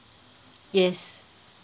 yes